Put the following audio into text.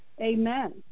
Amen